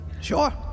Sure